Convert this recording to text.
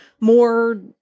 more